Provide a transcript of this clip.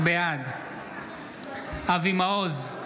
בעד אבי מעוז,